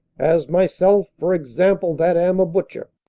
as my selfe for example, that am a butcher